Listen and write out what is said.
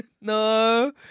No